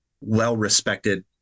well-respected